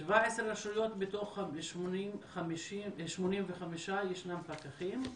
ב-17 רשויות בתוך ה-85 ישנם פקחים,